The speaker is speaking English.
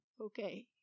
okay